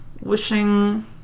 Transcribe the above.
Wishing